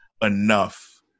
enough